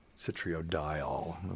Citriodiol